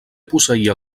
posseïa